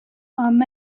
ahmed